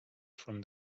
from